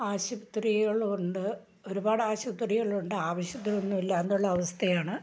ആശുപത്രികൾ ഉണ്ട് ഒരുപാട് ആശുപത്രികൾ ഉണ്ട് ആവശ്യത്തിനൊന്നും ഇല്ല എന്നുള്ള അവസ്ഥയാണ്